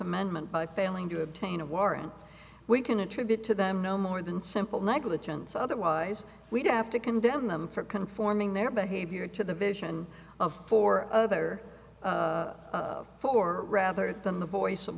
amendment by failing to obtain a warrant we can attribute to them no more than simple negligence otherwise we'd have to condemn them for conforming their behavior to the vision of four other four rather than the voice of